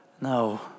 No